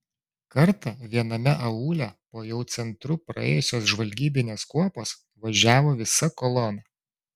kartą viename aūle po jau centru praėjusios žvalgybinės kuopos važiavo visa kolona